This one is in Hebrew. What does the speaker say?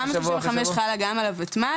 תמ"א 35 חלה גם על הוותמ"ל.